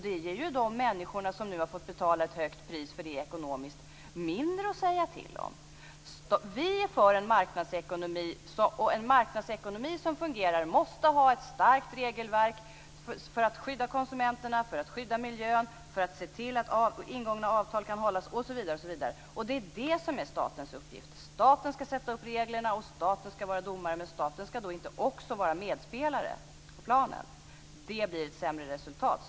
Det ger de människor som nu har fått betala ett högt ekonomiskt pris mindre att säga till om. Vi är för marknadsekonomi. Kring en fungerande marknadsekonomi måste det finnas ett starkt regelverk, så att man skyddar konsumenterna och miljön, och så att man ser till att ingångna avtal hålls, osv. Det är det som är statens uppgift. Staten skall sätta upp reglerna och vara domare, men staten skall inte också vara medspelare på planen. Det blir ett sämre resultat.